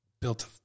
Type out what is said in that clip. built